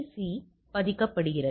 சியில் பதிக்கப்படுகிறது